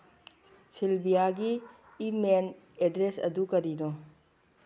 ꯁꯤꯜꯚꯤꯌꯥꯒꯤ email address ꯑꯗꯨ ꯀꯔꯤꯅꯣ